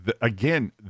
Again